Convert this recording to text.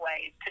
ways